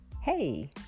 hey